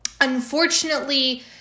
unfortunately